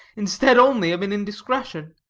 instead only of an indiscretion.